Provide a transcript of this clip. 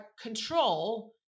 control